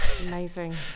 amazing